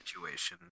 situation